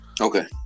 okay